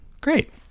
great